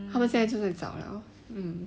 他们现在就在找 liao